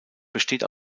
besteht